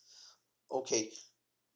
okay